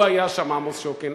הוא היה שם, עמוס שוקן.